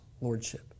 Lordship